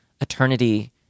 eternity